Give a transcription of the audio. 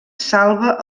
salva